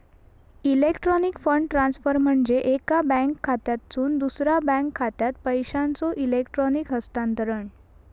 electronic fund transfer म्हणजे एका bank खात्यातसून दुसरा बँक खात्यात पैशांचो इलेक्ट्रॉनिक हस्तांतरण